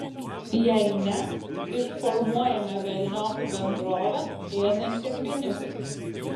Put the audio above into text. jei ne išformuojame velniop bendrovę ėdančią pinigus